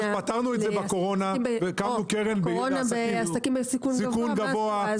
פתרנו את זה בקורונה: הקמנו קרן לעסקים בסיכון גבוה.